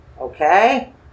Okay